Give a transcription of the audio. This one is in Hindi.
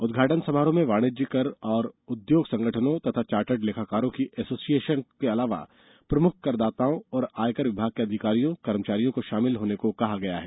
उदघाटन समारोह में वाणिज्य और उद्योग संगठनों तथा चार्टर्ड लेखाकारों की एसोसिएषनों के अलावा प्रमुख करदाताओं और आयकर विभाग के अधिकारियों कर्मचारियों को षामिल होने को कहा गया है